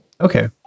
Okay